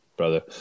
brother